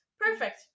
Perfect